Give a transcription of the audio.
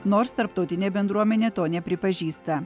nors tarptautinė bendruomenė to nepripažįsta